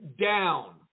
down